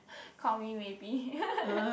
call me maybe